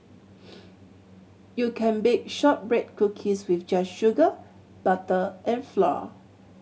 you can bake shortbread cookies with just sugar butter and flour